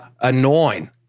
annoying